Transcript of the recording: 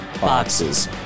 boxes